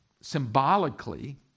symbolically